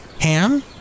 Ham